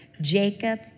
Jacob